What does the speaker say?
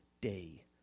day